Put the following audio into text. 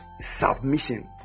submission